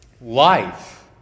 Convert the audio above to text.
life